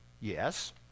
yes